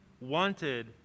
wanted